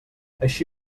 així